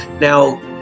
Now